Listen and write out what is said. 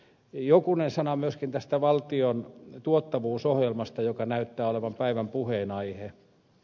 jokunen sana myöskin valtion tuottavuusohjelmasta joka näyttää olevan päivän puheenaihe